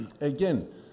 Again